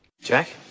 Jack